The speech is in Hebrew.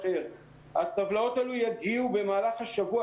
הטבלאות האלה יגיעו במהלך השבוע.